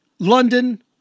London